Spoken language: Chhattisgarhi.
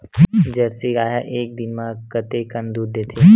जर्सी गाय ह एक दिन म कतेकन दूध देथे?